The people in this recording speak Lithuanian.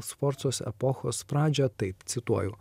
sforcos epochos pradžią taip cituoju